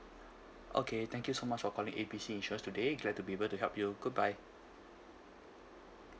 okay thank you so much for calling A B C insurance today glad to be able to help you goodbye